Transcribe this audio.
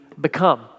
become